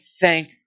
thank